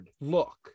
look